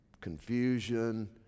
Confusion